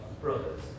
brothers